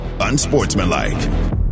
Unsportsmanlike